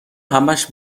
همش